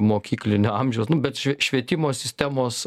mokyklinio amžiaus nu bet ši švietimo sistemos